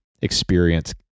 experience